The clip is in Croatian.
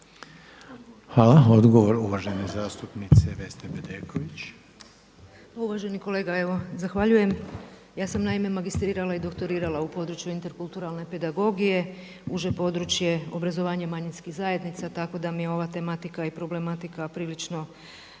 Hvala. Odgovor uvažene zastupnice Vesne Bedeković. Izvolite. **Bedeković, Vesna (HDZ)** Uvaženi kolega evo zahvaljujem. Ja sam naime magistrirala i doktorirala u području interkulturalne pedagogije, uže područje obrazovanje manjinskih zajednica tako da mi je ova tematika i problematika prilično